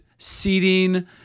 seating